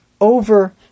over